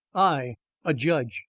i a judge,